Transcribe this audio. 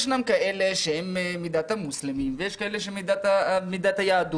ישנם כאלה שהם מדת המוסלמים ויש כאלה שמדת היהדות,